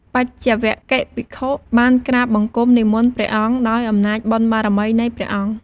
បញ្ចវគិ្គយ៍ភិក្ខុបានក្រាបបង្គំនិមន្តព្រះអង្គ ដោយអំណាចបុណ្យបារមីនៃព្រះអង្គ។